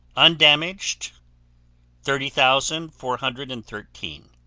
undamaged thirty thousand four hundred and thirteen